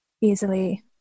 easily